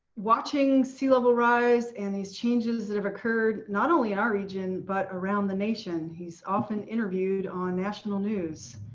watching sea level rise, and these changes that have occurred, not only in our region, but around the nation, he's often interviewed on national news.